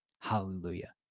Hallelujah